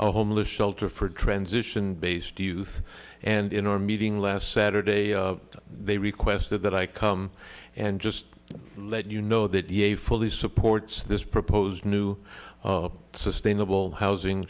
a homeless shelter for transition based youth and in our meeting last saturday they requested that i come and just let you know that yet fully supports this proposed new sustainable housing